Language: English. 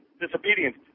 disobedience